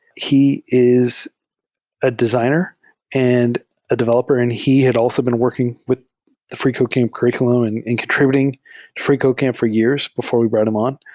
he is a designer and a developer, and he had also been working with the freecodecamp curr iculum and and contr ibuting to freecodecamp for years before we brought him on.